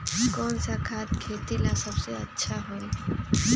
कौन सा खाद खेती ला सबसे अच्छा होई?